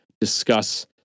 discuss